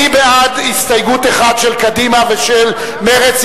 מי בעד הסתייגות לסעיף 1 של קדימה ושל מרצ,